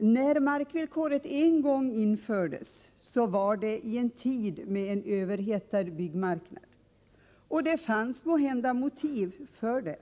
När markvillkoret en gång infördes var det i en tid med en överhettad byggmarknad, och det fanns då måhända motiv för det.